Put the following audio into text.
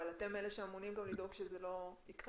אבל אתם אלה שאמונים גם לבדוק שזה לא יקרה.